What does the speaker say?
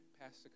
Pastor